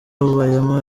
bayama